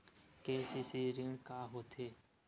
KCC ऋण का होथे?